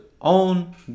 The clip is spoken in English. own